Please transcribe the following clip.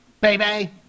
Baby